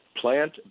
plant